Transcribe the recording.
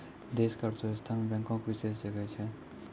देश के अर्थव्यवस्था मे बैंको के विशेष जगह छै